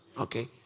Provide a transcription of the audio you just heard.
Okay